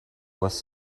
was